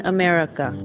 America